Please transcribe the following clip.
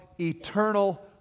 eternal